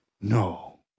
No